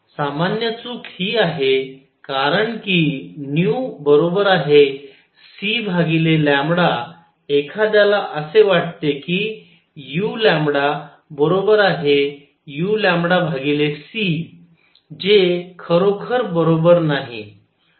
सामान्य चूक ही आहेः कारण कि c λ एखाद्याला असे वाटते की uu c जे खरोखर बरोबर नाही